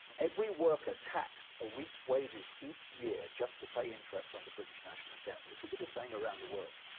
every worker taxed a week's wages each year, just to pay the interest on the british national debt, and this will be the same around the world.